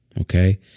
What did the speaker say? Okay